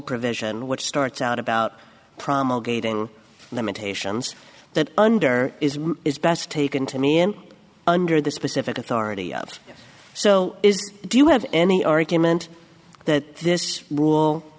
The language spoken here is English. provision which starts out about promulgating limitations that under is best taken to me and under the specific authority of so do you have any argument that this